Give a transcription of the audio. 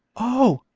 oh,